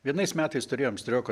vienais metais turėjom strioko